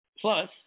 Plus